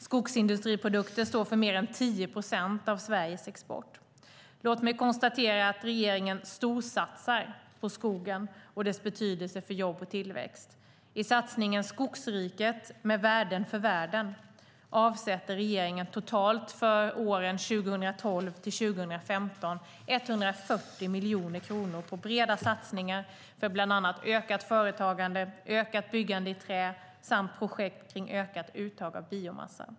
Skogsindustriprodukter står för mer än 10 procent av Sveriges export. Låt mig också konstatera att regeringen storsatsar på skogen och dess betydelse för jobb och tillväxt. I satsningen Skogsriket - med värden för världen avsätter regeringen totalt för åren 2012-2015 140 miljoner kronor på breda satsningar för bland annat ökat företagande, ökat byggande i trä samt projekt kring ökat uttag av biomassa.